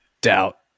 Doubt